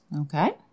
Okay